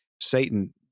Satan